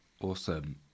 Awesome